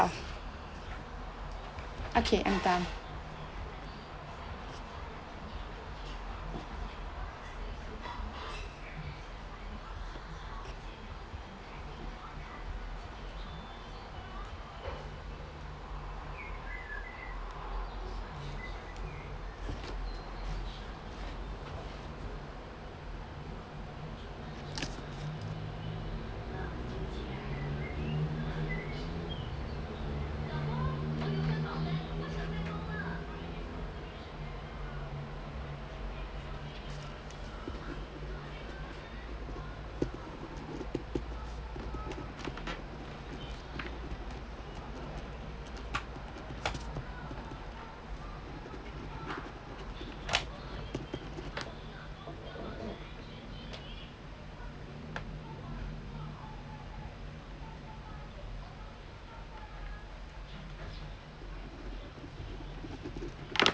okay I'm done